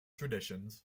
traditions